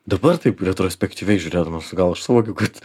dabar taip retrospektyviai žiūrėdamas gal aš suvokiu kad